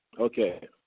okay